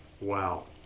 wow